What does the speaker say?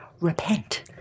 Repent